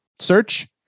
search